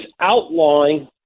outlawing